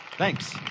Thanks